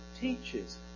teaches